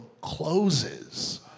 closes